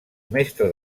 mestre